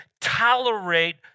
tolerate